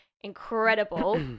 incredible